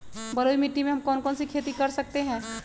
बलुई मिट्टी में हम कौन कौन सी खेती कर सकते हैँ?